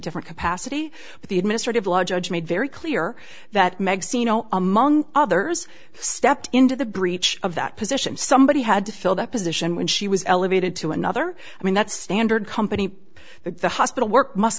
different capacity but the administrative law judge made very clear that meg see no among others stepped into the breach of that position somebody had to fill that position when she was elevated to another i mean that's standard company that the hospital work must